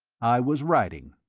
i was writing.